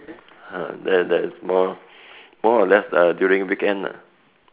ha that that's more more or less uh during weekend lah